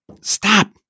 stop